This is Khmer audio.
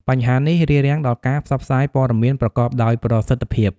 បញ្ហានេះរារាំងដល់ការផ្សព្វផ្សាយព័ត៌មានប្រកបដោយប្រសិទ្ធភាព។